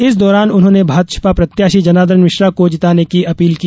इस दौरान उन्होंने भाजपा प्रत्याशी जनार्दन मिश्रा को जिताने की अपील की